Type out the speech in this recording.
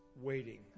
waiting